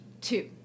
Two